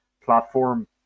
platform